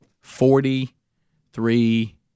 Forty-three